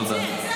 תודה.